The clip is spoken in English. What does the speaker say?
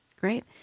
Great